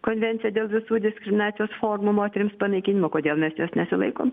konvenciją dėl visų diskriminacijos formų moterims panaikinimo kodėl mes jos nesilaikom